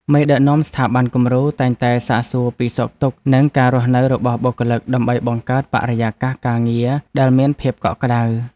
មេដឹកនាំស្ថាប័នគំរូតែងតែសាកសួរពីសុខទុក្ខនិងការរស់នៅរបស់បុគ្គលិក ដើម្បីបង្កើតបរិយាកាសការងារដែលមានភាពកក់ក្តៅ។